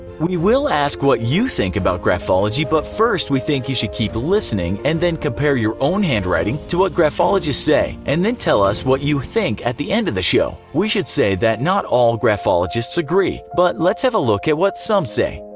we will ask you what you think about graphology, but first we think you should keep listening and then compare your own handwriting to what graphologists say and then tell us what you think at the end of the show. we should say that not all graphologists agree, but let's have a look at what some say.